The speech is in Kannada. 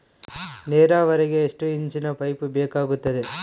ನೇರಾವರಿಗೆ ಎಷ್ಟು ಇಂಚಿನ ಪೈಪ್ ಬೇಕಾಗುತ್ತದೆ?